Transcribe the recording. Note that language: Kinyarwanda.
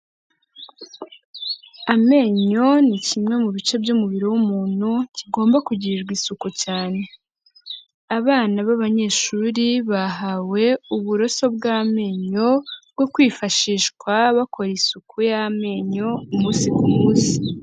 Amenyo ni kimwe mu bice by'umubiri w'umuntu kigomba kugirirwa isuku cyane. Abana b'abanyeshuri bahawe uburoso bw'amenyo bwo kwifashishwa bakora isuku y'amenyo umunsi ku munsi.